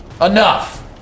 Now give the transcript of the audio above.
Enough